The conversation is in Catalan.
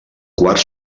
quart